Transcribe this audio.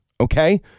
Okay